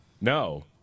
No